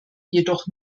jedoch